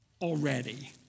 already